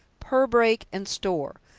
purbrake and store,